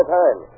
time